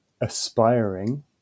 aspiring